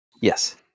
Yes